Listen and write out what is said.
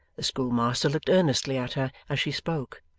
the schoolmaster looked earnestly at her as she spoke,